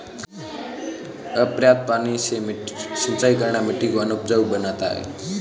अपर्याप्त पानी से सिंचाई करना मिट्टी को अनउपजाऊ बनाता है